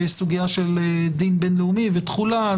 ויש סוגיה של דין בין-לאומי ותחולה,